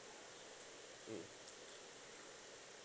um